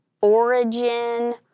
origin